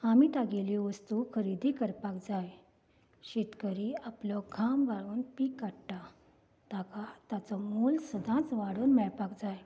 आमी तागेल्यो वस्तू खरेदी करपाक जाय शेतकरी आपलो घाम व्हारोवन पीक काडटा ताका ताचो मोल सदांच वाडोवन मेळपाक जाय